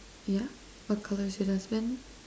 yeah what colour is your dustbin